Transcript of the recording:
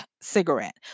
cigarette